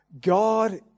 God